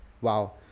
wow